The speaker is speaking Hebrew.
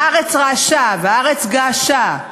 והארץ רעשה, והארץ געשה,